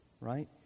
right